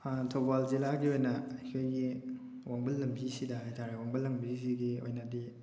ꯊꯧꯕꯥꯜ ꯖꯤꯂꯥꯒꯤ ꯑꯣꯏꯅ ꯑꯩꯈꯣꯏꯒꯤ ꯋꯥꯡꯕꯜ ꯂꯝꯕꯤꯁꯤꯗ ꯍꯥꯏꯇꯥꯔꯦ ꯋꯥꯡꯕꯜ ꯂꯝꯕꯤꯁꯤꯒꯤ ꯑꯣꯏꯅꯗꯤ